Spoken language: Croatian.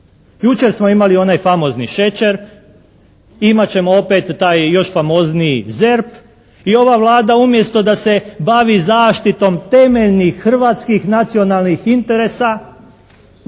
Jučer smo imali onaj famozni šećer. Imat ćemo opet taj još famozniji ZERP. I ova Vlada umjesto da se bavi zaštitom temeljnih hrvatskih nacionalnih interesa